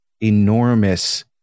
enormous